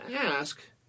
ask